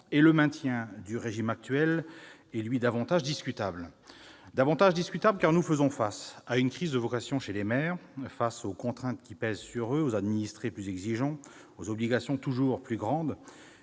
et le maintien du régime actuel est alors davantage discutable. En effet, nous faisons face à une crise de vocation chez les maires. Eu égard aux contraintes qui pèsent sur eux, aux administrés plus exigeants, aux obligations toujours plus grandes,